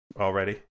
Already